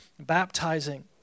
Baptizing